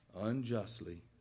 unjustly